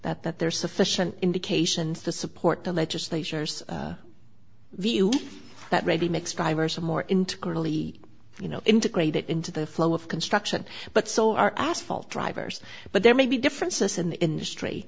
that that there is sufficient indications to support the legislation or view that ready mix drivers are more into clearly you know integrate it into the flow of construction but so are asphalt drivers but there may be differences in the industry